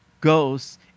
goes